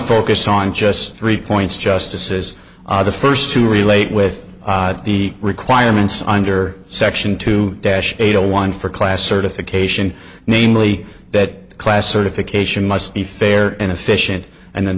focus on just three points justices are the first to relate with the requirements under section two dash eight a one for class certification namely that class certification must be fair and efficient and then